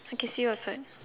okay see you outside